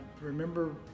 remember